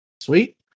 Sweet